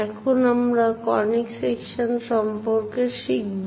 এখন আমরা conic section সম্পর্কে শিখব